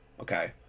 okay